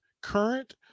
current